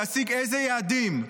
להשיג איזה יעדים?